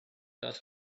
does